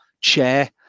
chair